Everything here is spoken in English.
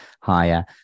higher